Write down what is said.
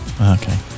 Okay